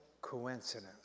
coincidence